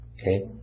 Okay